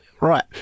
right